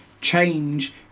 change